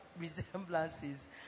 resemblances